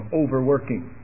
overworking